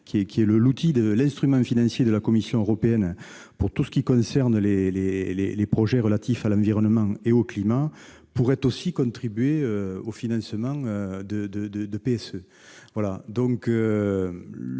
qui est l'instrument financier de la Commission européenne pour tout ce qui concerne les projets relatifs à l'environnement et au climat, pourrait aussi contribuer au financement de PSE. La